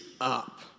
up